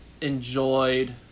enjoyed